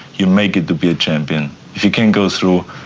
you may get to be a champion. if you can't go through,